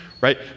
right